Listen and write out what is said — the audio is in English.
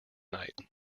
night